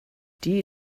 die